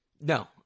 No